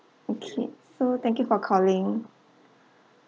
okay so thank you for calling